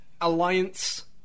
Alliance